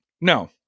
No